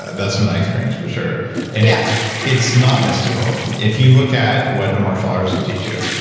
that's been my experience for sure and yeah it's not mystical. if you look at what a martial artist will teach you,